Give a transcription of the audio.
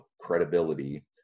credibility